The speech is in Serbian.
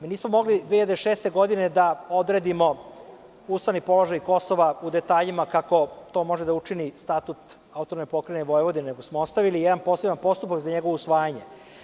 Mi smo mogli 2006. godine da odredimo ustavni položaj Kosova u detaljima kako to može da učini Statut AP Vojvodine, nego smo ostavili jedan poseban postupak za njegovo usvajanje.